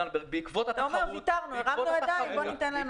הוא אומר, ויתרנו, הרמנו ידיים, בואו ניתן להם.